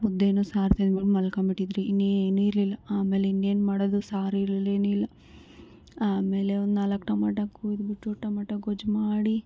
ಮುದ್ದೇನೂ ಸಾರು ತಿಂದ್ಬಿಟ್ಟು ಮಲ್ಕೊಂಬಿಟ್ಟಿದ್ರಿ ಇನ್ನೇನು ಇರಲಿಲ್ಲ ಆಮೇಲೆ ಇನ್ನೇನು ಮಾಡೋದು ಸಾರು ಇರಲಿಲ್ಲ ಏನಿಲ್ಲ ಆಮೇಲೆ ಒಂದು ನಾಲ್ಕು ಟೊಮಾಟೋ ಕುಯ್ದು ಬಿಟ್ಟು ಟೊಮಾಟೋ ಗೊಜ್ಜು ಮಾಡಿ